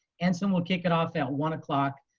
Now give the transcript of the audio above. ensign will kick it off at one o'clock.